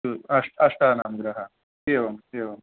अस्तु अष्ट अष्टानां ग्रहाणां एवम् एवम्